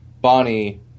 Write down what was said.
Bonnie